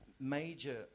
major